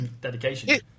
Dedication